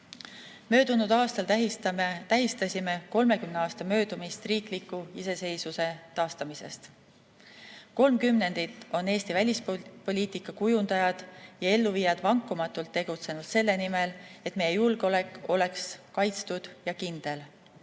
Möödunud aastal tähistasime 30 aasta möödumist riikliku iseseisvuse taastamisest. Kolm kümnendit on Eesti välispoliitika kujundajad ja elluviijad vankumatult tegutsenud selle nimel, et meie julgeolek oleks kaitstud ja kindel,